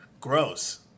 Gross